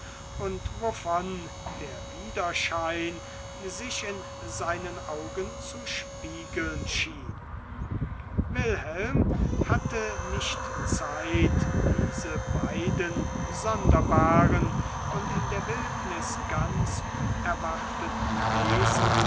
und wovon der widerschein sich in seinen augen zu spiegeln schien wilhelm hatte nicht zeit diese beiden sonderbaren und in der wildnis ganz unerwarteten wesen